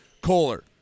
Kohler